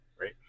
right